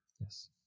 Yes